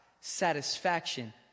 satisfaction